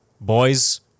Boys